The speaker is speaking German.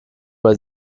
bei